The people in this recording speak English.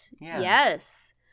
Yes